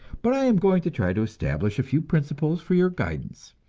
but i am going to try to establish a few principles for your guidance,